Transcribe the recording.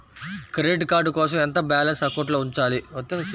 Credit card కోసం ఎంత balance అకౌంట్లో ఉంచాలి?